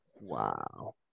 Wow